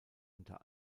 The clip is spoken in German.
unter